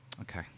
okay